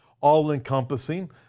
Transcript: all-encompassing